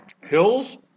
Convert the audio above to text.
hills